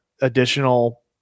additional